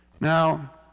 Now